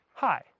hi